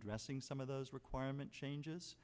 addressing some of those requirement changes